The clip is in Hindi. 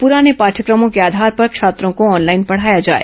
पुराने पाठयक्रमों के आधार पर छात्रों को ऑनलाइन पढाया जाए